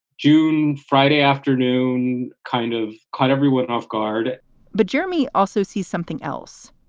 june. friday afternoon kind of caught everyone off guard but jeremy also sees something else.